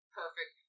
perfect